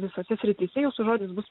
visose srityse jūsų žodis bus